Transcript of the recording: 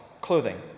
clothing